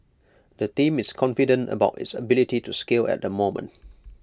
the team is confident about its ability to scale at the moment